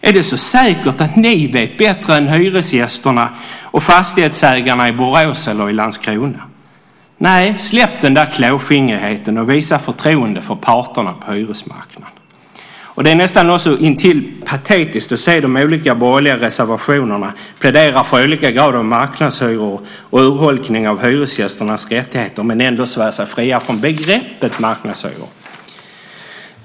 Är det så säkert att ni vet bättre än hyresgästerna och fastighetsägarna i Borås eller i Landskrona? Nej, släpp den där klåfingrigheten, och visa förtroende för parterna på hyresmarknaden. Det är nästan patetiskt att se de olika borgerliga reservationerna där man pläderar för olika grader av marknadshyror och urholkning av hyresgästernas rättigheter men ändå svär sig fri från begreppet marknadshyror.